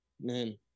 Man